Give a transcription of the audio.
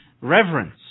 reverence